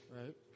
Right